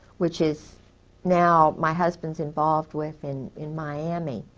which is now. my husband's involved with in. in miami.